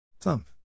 thump